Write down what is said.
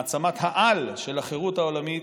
מעצמת-העל של החירות העולמית,